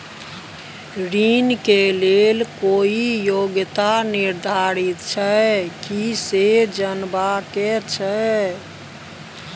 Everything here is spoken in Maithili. ऋण के लेल कोई योग्यता निर्धारित छै की से जनबा के छै?